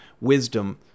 Wisdom